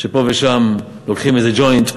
שפה ושם לוקחים איזה ג'וינט.